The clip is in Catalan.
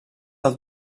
del